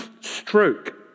stroke